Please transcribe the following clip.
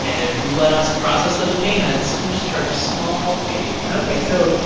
and if you let us process those payments, we'll just charge a small fee ok, so